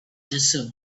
desert